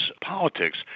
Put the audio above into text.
politics